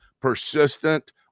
persistent